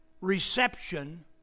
reception